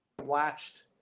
watched